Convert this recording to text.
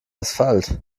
asphalt